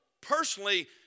personally